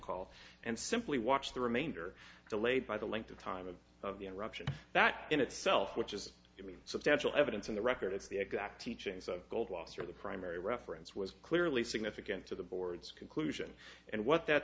call and simply watch the remainder delayed by the length of time of the interruption that in itself which is in substantial evidence in the record it's the exact teachings of goldwasser the primary reference was clearly significant to the board's conclusion and what that